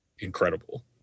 incredible